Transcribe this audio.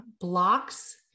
blocks